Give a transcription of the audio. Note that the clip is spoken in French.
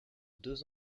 deux